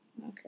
Okay